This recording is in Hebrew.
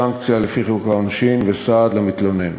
סנקציה לפי חוק העונשין וסעד למתלונן.